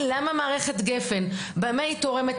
השאלה במה מערכת גפ"ן תורמת?